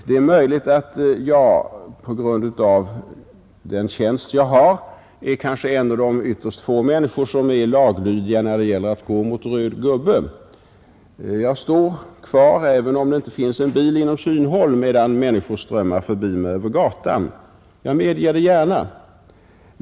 Det är möjligt att jag på grund av den tjänst jag har är en av de ytterst få som är laglydiga när det gäller röd gubbe. Jag står kvar, även om det inte finns en bil inom synhåll, medan människor strömmar förbi mig över gatan. Jag medger det gärna.